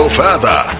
further